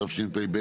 התשפ"ב